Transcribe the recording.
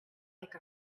like